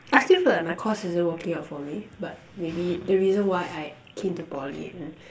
I feel that like my course isn't working out for me but maybe the reason why I came to Poly